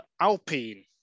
Alpine